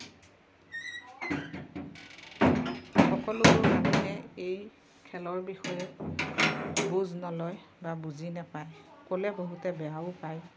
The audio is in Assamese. সকলোবোৰ মানুহে এই খেলৰ বিষয়ে বুজ নলয় বা বুজি নাপায় ক'লে বহুতে বেয়াও পায়